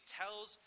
tells